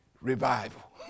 revival